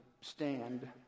stand